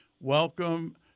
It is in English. Welcome